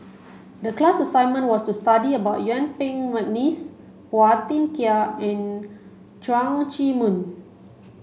the class assignment was to study about Yuen Peng McNeice Phua Thin Kiay and Leong Chee Mun